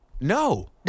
No